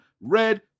red